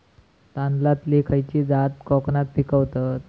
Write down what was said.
तांदलतली खयची जात कोकणात पिकवतत?